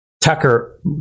Tucker